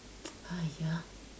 !aiya!